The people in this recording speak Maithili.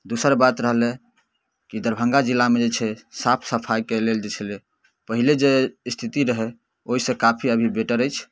दोसर बात रहलै कि दरभङ्गा जिलामे जे छै साफ सफाइके लेल जे छलै पहिले जे इस्थिति रहै ओहिसँ काफी अभी बेटर अछि